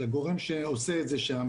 לגורם שעושה את זה שם.